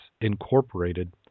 Incorporated